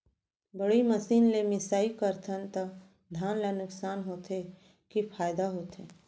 बड़ी मशीन ले मिसाई करथन त धान ल नुकसान होथे की फायदा होथे?